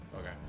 Okay